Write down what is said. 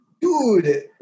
Dude